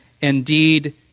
indeed